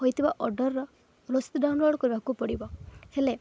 ହୋଇଥିବା ଅର୍ଡ଼ରର ରସିଦ ଡାଉନଲୋଡ଼ କରିବାକୁ ପଡ଼ିବ ହେଲେ